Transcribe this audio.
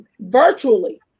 Virtually